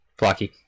...Flocky